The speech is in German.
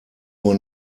nur